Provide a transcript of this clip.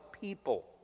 people